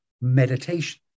meditation